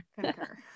concur